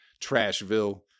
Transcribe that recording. Trashville